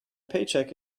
paycheck